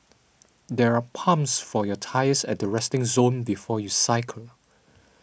there are pumps for your tyres at the resting zone before you cycle